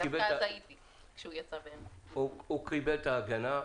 הוא קיבל את ההגנה.